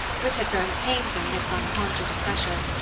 which had grown painful in its unconscious pressure.